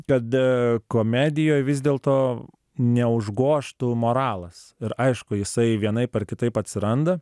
kad komedijoj vis dėlto neužgožtų moralas ir aišku jisai vienaip ar kitaip atsiranda